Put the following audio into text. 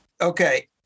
Okay